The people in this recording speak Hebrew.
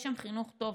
יש שם חינוך טוב,